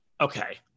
Okay